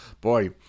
boy